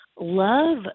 love